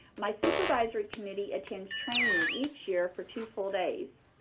my supervisory committee attends training each year for two full days.